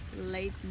late